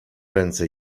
ręce